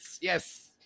Yes